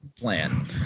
Plan